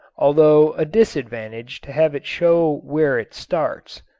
although a disadvantage to have it show where it starts.